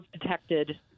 detected